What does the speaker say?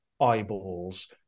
eyeballs